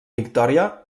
victòria